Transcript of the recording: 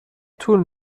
طول